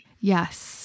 Yes